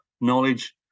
knowledge